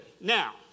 now